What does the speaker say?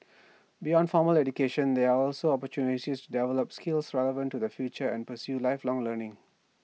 beyond formal education there are also opportunities to develop skills relevant to the future and pursue lifelong learning